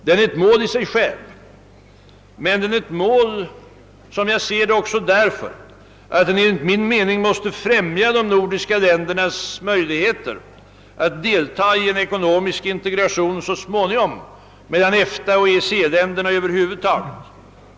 Den är ett mål i sig själv, men den är ett mål också därför att den enligt min mening måste främja de nordiska ländernas möjligheter att delta i en ekonomisk in tegration någon gång i framtiden mellan EFTA och EEC-länderna över huvud taget.